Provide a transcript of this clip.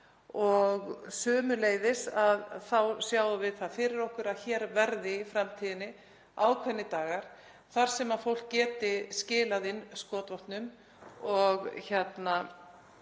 og sömuleiðis sjáum við það fyrir okkur að hér verði í framtíðinni ákveðnir dagar þar sem fólk geti skilað inn skotvopnum án